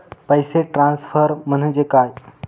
पैसे ट्रान्सफर म्हणजे काय?